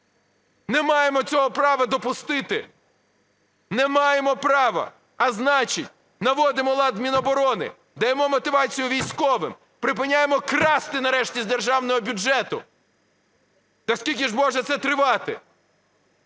Не маємо цього права допустити, не маємо права. А значить, наводимо лад в Міноборони, даємо мотивацію військовим, припиняємо красти нарешті з державного бюджету. Да скільки ж може це тривати?